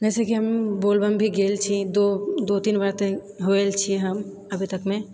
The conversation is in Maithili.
जैसेकि हम बोलबम भी गेल छी दो दो तीन बार तऽ हम हो आएल छी अभी तकमे